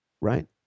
right